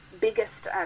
biggest